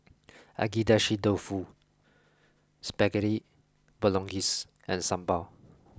Agedashi Dofu Spaghetti Bolognese and Sambar